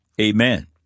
Amen